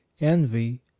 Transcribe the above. envy